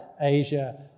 Asia